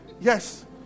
yes